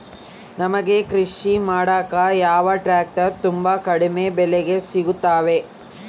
ನಮಗೆ ಕೃಷಿ ಮಾಡಾಕ ಯಾವ ಟ್ರ್ಯಾಕ್ಟರ್ ತುಂಬಾ ಕಡಿಮೆ ಬೆಲೆಗೆ ಸಿಗುತ್ತವೆ?